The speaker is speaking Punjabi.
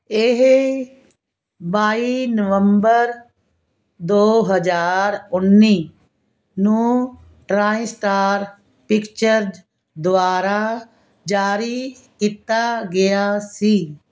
ਇਹ ਬਾਈ ਨਵੰਬਰ ਦੋ ਹਜ਼ਾਰ ਉੱਨੀ ਨੂੰ ਟ੍ਰਾਈਸਟਾਰ ਪਿਕਚਰਜ਼ ਦੁਆਰਾ ਜਾਰੀ ਕੀਤਾ ਗਿਆ ਸੀ